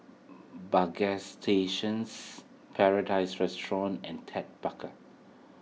Bagstationz Paradise Restaurant and Ted Baker